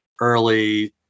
early